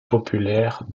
populaires